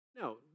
no